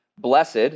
Blessed